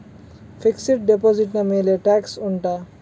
fixed deposit ನ ಮೇಲೆ tax ಉಂಟಾ